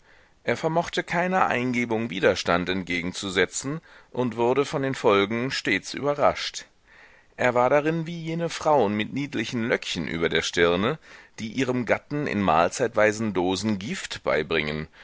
er vermochte keiner eingebung widerstand entgegenzusetzen und wurde von den folgen stets überrascht er war darin wie jene frauen mit niedlichen löckchen über der stirne die ihrem gatten in mahlzeitweisen dosen gift beibringen